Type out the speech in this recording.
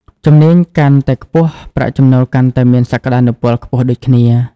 ជំនាញកាន់តែខ្ពស់ ប្រាក់ចំណូលកាន់តែមានសក្តានុពលខ្ពស់ដូចគ្នា។